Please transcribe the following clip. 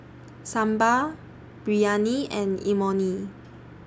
Sambar Biryani and Imoni